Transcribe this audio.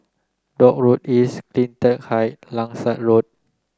Dock Road East CleanTech Height Langsat Road